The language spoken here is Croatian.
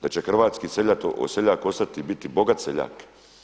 Da će hrvatski seljak ostati, biti bogat seljak.